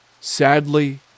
Sadly